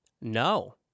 No